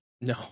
No